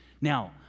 Now